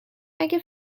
اگر